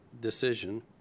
decision